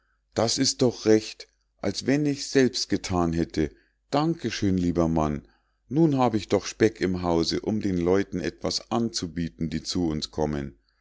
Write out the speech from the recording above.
das ist doch recht als wenn ich's selbst gethan hätte danke schön lieber mann nun hab ich doch speck im hause um den leuten etwas anzubieten die zu uns kommen